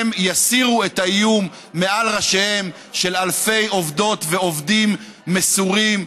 הם יסירו את האיום מעל ראשיהם של אלפי עובדות ועובדים מסורים,